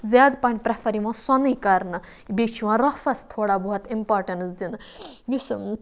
زیادٕ پَہَن پریٚفَر یِوان سۄنٕے کَرنہٕ بیٚیہِ چھُ یِوان رۄپھس تھوڑا بہت اِمپاٹَنٕس دِنہٕ یُس